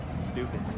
Stupid